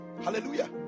Hallelujah